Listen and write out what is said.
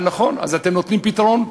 נכון, אז אתם נותנים פתרון: